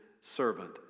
servant